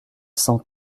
cent